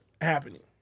happening